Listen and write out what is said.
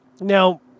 Now